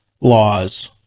laws